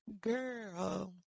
Girl